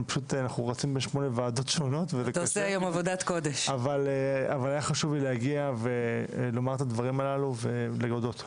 היה חשוב לי להגיע ולומר את הדברים הללו ולהודות לך,